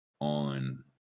on